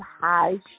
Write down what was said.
high